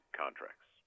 contracts